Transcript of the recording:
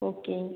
okay